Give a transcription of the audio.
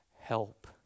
help